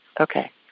Okay